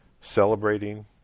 celebrating